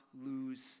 lose